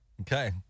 Okay